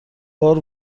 بار